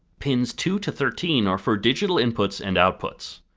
pins two to thirteen are for digital inputs and outputs.